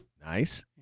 nice